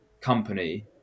company